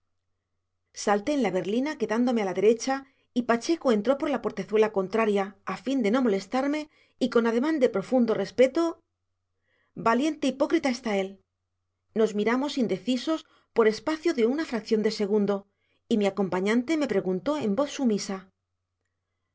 en la berlina quedándome a la derecha y pacheco entró por la portezuela contraria a fin de no molestarme y con ademán de profundo respeto valiente hipócrita está él nos miramos indecisos por espacio de una fracción de segundo y mi acompañante me preguntó en voz sumisa